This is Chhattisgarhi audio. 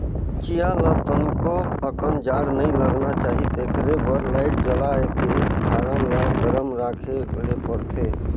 चीया ल तनिको अकन जाड़ नइ लगना चाही तेखरे बर लाईट जलायके फारम ल गरम राखे ले परथे